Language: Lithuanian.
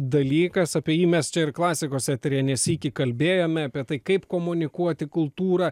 dalykas apie jį mes čia ir klasikos eteryje ne sykį kalbėjome apie tai kaip komunikuoti kultūrą